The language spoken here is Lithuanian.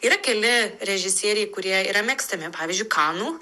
yra keli režisieriai kurie yra mėgstami pavyzdžiui kanų